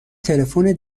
تلفن